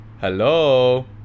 Hello